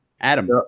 Adam